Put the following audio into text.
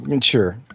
sure